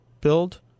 build